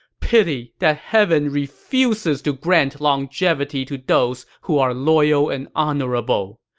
pity that heaven refuses to grant longevity to those who are loyal and honorable,